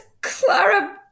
Clara